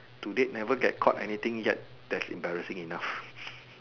to date never get caught anything yet that's embarrassing enough